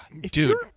Dude